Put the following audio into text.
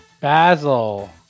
basil